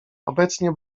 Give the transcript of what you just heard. obecnie